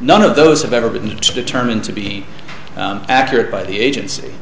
none of those have ever been determined to be accurate by the agency